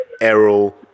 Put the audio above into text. Errol